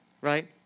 Right